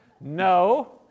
No